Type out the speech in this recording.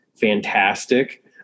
fantastic